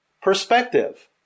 perspective